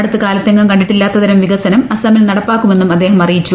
അടുത്ത് കാലത്തെങ്ങും കണ്ടിട്ടില്ലാത്ത തരം വികസനം അസമിൽ നടപ്പാക്കു മെന്നും അദ്ദേഹം അറിയിച്ചു